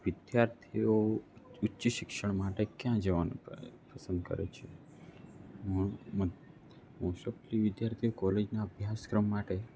વિદ્યાર્થીઓ ઉચ્ચ શિક્ષણ માટે ક્યાં જવાનું પસંદ કરે છે મોસ્ટઓફલી વિદ્યાર્થીઓ કોલેજના અભ્યાસક્રમ માટે